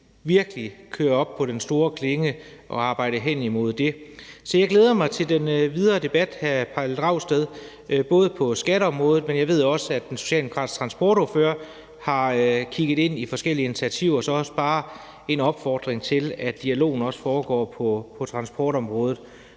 virkelig op på den store klinge og arbejde hen imod det. Så jeg glæder mig til den videre debat, hr. Pelle Dragsted, både på skatteområdet, men jeg ved, at den socialdemokratiske transportordfører har kigget ind i forskellige initiativer, så det er bare en opfordring til, at dialogen også foregår på transportområdet.